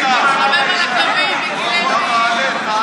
הוא מתחמם על הקווים, מיקי לוי.